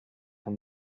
and